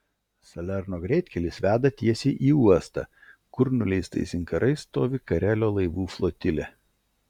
salerno greitkelis veda tiesiai į uostą kur nuleistais inkarais stovi karelio laivų flotilė